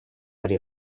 ari